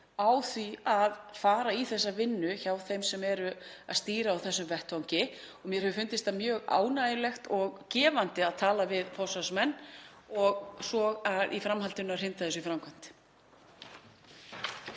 á því að fara í þessa vinnu hjá þeim sem stýra á þessum vettvangi. Mér hefur fundist mjög ánægjulegt og gefandi að tala við forsvarsmenn og svo í framhaldinu að hrinda þessu í framkvæmd.